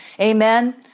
amen